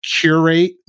curate